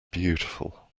beautiful